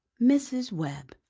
mrs. webb!